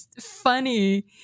funny